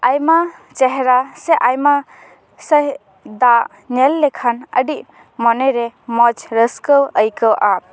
ᱟᱭᱢᱟ ᱪᱮᱨᱦᱟ ᱥᱮ ᱟᱭᱢᱟ ᱥᱮ ᱫᱟᱜ ᱧᱮᱞ ᱞᱮᱠᱷᱟᱱ ᱟᱹᱰᱤ ᱢᱚᱱᱮ ᱨᱮ ᱢᱚᱡᱽ ᱨᱟᱹᱥᱠᱟᱹ ᱟᱹᱭᱠᱟᱹᱜᱼᱟ